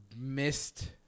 missed